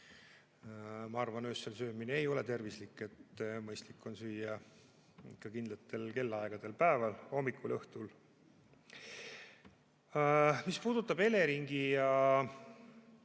Ma arvan, et öösel söömine ei ole tervislik, mõistlik on süüa ikka kindlatel kellaaegadel päeval, hommikul, õhtul. Mis puudutab Eleringi ja